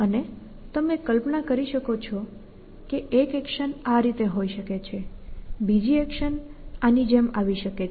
અને તમે કલ્પના કરી શકો છો કે એક એક્શન આ રીતે હોઈ શકે છે બીજી એક્શન આની જેમ આવી શકે છે